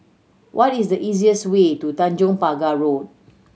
what is the easiest way to Tanjong Pagar Road